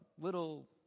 little